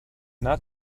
not